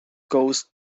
goes